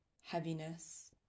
heaviness